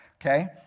Okay